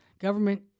government